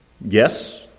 Yes